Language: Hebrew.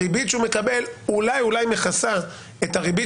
הריבית שהוא מקבל אולי-אולי מכסה את הריבית